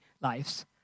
lives